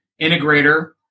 integrator